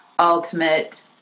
ultimate